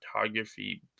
photography